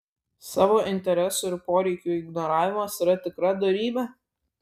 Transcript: savo interesų ir poreikių ignoravimas yra tikra dorybė